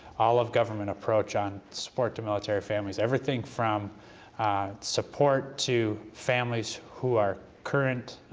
all of government approach on support to military families, everything from support to families who are current,